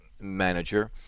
manager